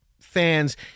fans